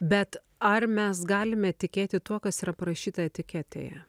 bet ar mes galime tikėti tuo kas yra parašyta etiketėje